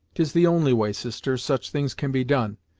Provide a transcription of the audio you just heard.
tis the only way, sister, such things can be done.